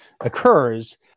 occurs